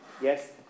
yes